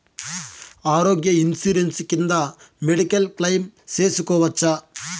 ఆరోగ్య ఇన్సూరెన్సు కింద medical claim సేసుకోవచ్చా?